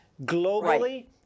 globally